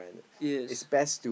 yes